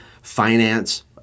finance